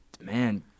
Man